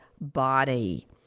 body